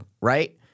right